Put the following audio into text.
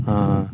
ஆ ஆ